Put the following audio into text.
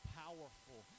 powerful